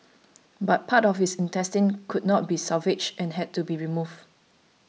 but part of his intestines could not be salvaged and had to be removed